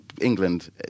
england